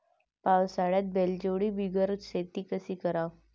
पावसाळ्यात बैलजोडी बिगर शेती कशी कराव?